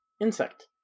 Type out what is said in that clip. insect